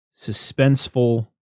suspenseful